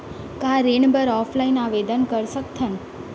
का ऋण बर ऑफलाइन आवेदन कर सकथन?